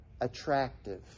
attractive